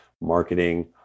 marketing